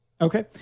Okay